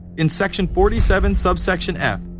in section forty seven, subsection f,